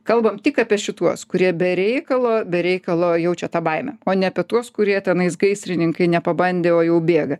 kalbam tik apie šituos kurie be reikalo be reikalo jaučia tą baimę o ne apie tuos kurie tenais gaisrininkai nepabandė o jau bėga